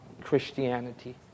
Christianity